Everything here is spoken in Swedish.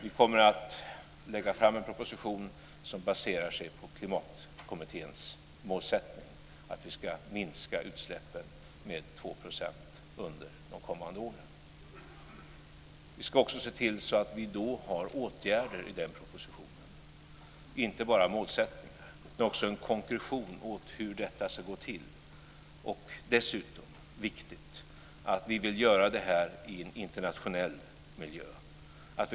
Vi kommer att lägga fram en proposition som baserar sig på Klimatkommitténs målsättning att vi ska minska utsläppen med 2 % under de kommande åren. Vi ska också se till så att vi har åtgärder i den propositionen, och inte bara målsättningar. Det behövs också en konkretion av hur detta ska gå till. Dessutom vill vi göra detta i en internationell miljö. Det är också viktigt.